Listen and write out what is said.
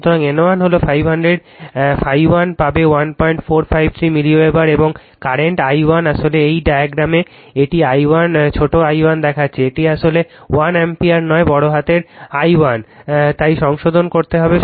সুতরাং N 1 হল 500 ∅1 পাবে 1453 মিলিওয়েবার এবং কারেন্ট i1 আসলে এই ডায়াগ্রামে এটি i1 ছোট i1 দেখাচ্ছে এটি আসলে 1 অ্যাম্পিয়ার নয় বড় হাতের i1 তাই সংশোধন করতে হবে